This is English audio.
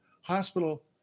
hospital